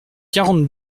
quarante